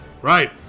right